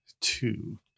two